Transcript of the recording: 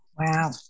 Wow